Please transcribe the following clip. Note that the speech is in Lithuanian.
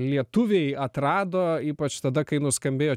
lietuviai atrado ypač tada kai nuskambėjo